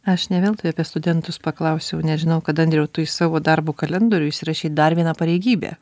aš ne veltui apie studentus paklausiau nes žinau kad andriau tu į savo darbo kalendorių įsirašei dar vieną pareigybę